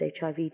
HIV